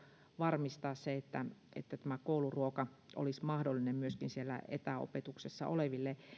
varmistaa se että että kouluruoka olisi mahdollinen myöskin siellä etäopetuksessa oleville